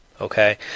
Okay